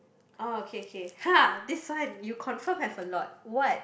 oh okay okay !huh! this one you confirm have a lot what